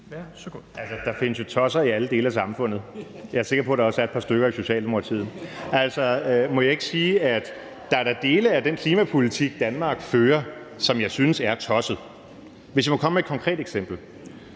Der findes jo tosser i alle dele af samfundet; jeg er sikker på, at der også er et par stykker i Socialdemokratiet. Altså, må jeg ikke sige, at der da er dele af den klimapolitik, Danmark fører, som jeg synes er tosset. Lad mig komme med et konkret eksempel: